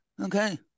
Okay